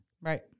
Right